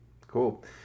cool